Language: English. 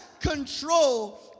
control